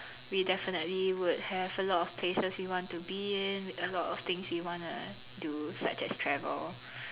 we definitely would have a lot places we want to be in a lot of things you want to do such as travel